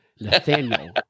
Nathaniel